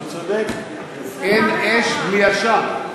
אין אש בלי עשן.